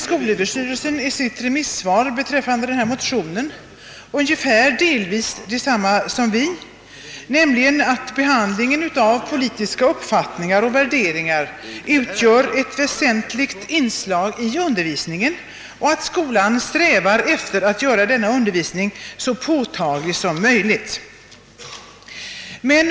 Skolöverstyrelsen säger i sitt remisssvar beträffande denna motion delvis detsamma som vi, nämligen att behandlingen av politiska uppfattningar och värderingar utgör ett väsentligt inslag i undervisningen och att skolan strävar efter att göra denna undervisning så påtaglig som möjligt.